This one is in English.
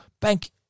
bank